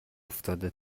افتاده